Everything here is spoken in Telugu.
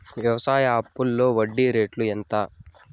వ్యవసాయ అప్పులో వడ్డీ రేట్లు ఎంత?